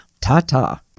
ta-ta